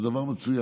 וזה דבר מצוין.